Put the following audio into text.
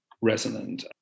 resonant